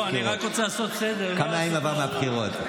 כמה ימים עברו מהבחירות.